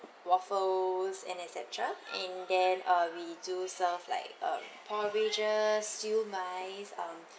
waffles and et cetera and then uh we do serve like um porridges siew mai